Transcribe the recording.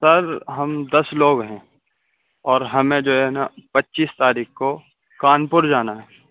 سر ہم دس لوگ ہیں اور ہمیں جو ہے نا پچیس تاریخ کو کانپور جانا ہے